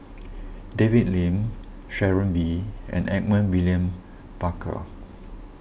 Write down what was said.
David Lim Sharon Wee and Edmund William Barker